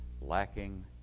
lacking